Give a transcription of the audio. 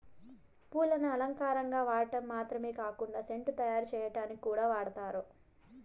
పూలను అలంకారంగా వాడటం మాత్రమే కాకుండా సెంటు తయారు చేయటానికి కూడా వాడతారు